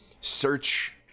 search